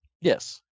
Yes